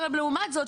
לעומת זאת,